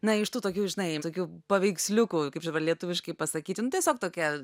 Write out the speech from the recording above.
na iš tų tokių žinai tokių paveiksliukų kaip čia dabar lietuviškai pasakyti nu tiesiog tokia